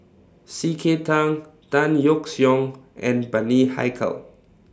C K Tang Tan Yeok Seong and Bani Haykal